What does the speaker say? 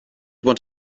what